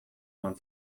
joan